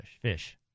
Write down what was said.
Fish